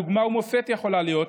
דוגמה ומופת היא יכולה להיות,